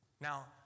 Now